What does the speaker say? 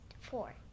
four